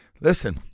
listen